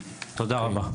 תודה רבה.